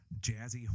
jazzy